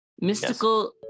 Mystical